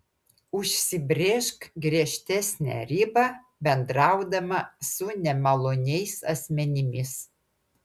užsibrėžk griežtesnę ribą bendraudama su nemaloniais asmenimis